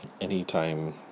anytime